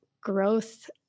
growth